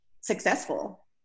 successful